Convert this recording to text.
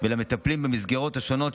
ולמטפלים במסגרות השונות,